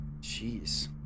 Jeez